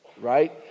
right